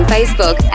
Facebook